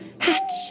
hatch